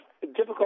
difficult